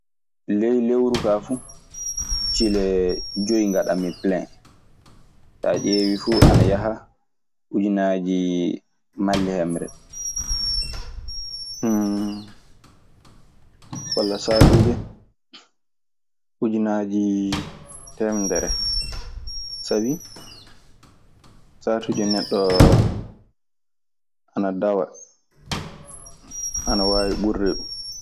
Ley lewuru ka fu cille joyi gaɗɗami pilen. so a diewi ana yaha ujunaji malihemre. walla sahaatuji ujunnaaje teemedere sabi sahaatuji neɗɗo ana dawa. Ana waawi burɗe ɗum.